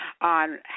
on